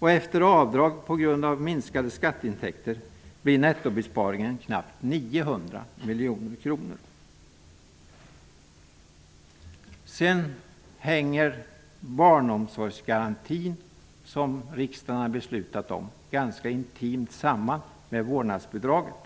Efter avdrag på grund av minskade skatteintäkter blir nettobesparingen knappt 900 miljoner kronor. Sedan hänger barnomsorgsgarantin, som riksdagen har beslutat om, ganska intimt samman med vårdnadsbidraget.